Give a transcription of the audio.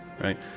right